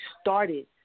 started